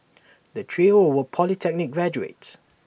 the trio were polytechnic graduates